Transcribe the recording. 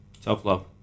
Self-love